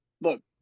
Look